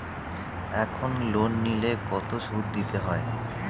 এখন লোন নিলে কত সুদ দিতে হয়?